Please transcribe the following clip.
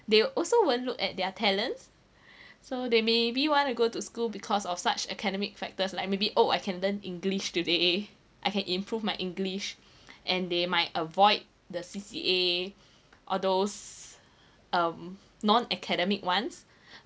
they also won't look at their talents so they maybe want to go to school because of such academic factors like maybe oh I can learn english today I can improve my english and they might avoid the C_C_A all those um non academic ones